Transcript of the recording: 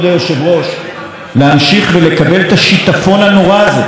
להמשיך ולקבל את השיטפון הנורא הזה של תאונות,